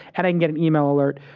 and i can get an email alert,